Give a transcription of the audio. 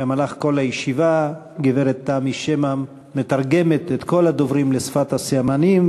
במהלך כל הישיבה גברת תמי שמע מתרגמת את כל הנאומים לשפת הסימנים,